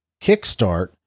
kickstart